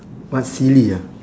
what silly ah